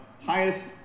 highest